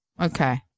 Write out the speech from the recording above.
Okay